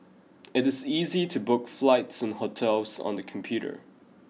it is easy to book flights and hotels on the computer